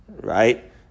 Right